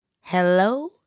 Hello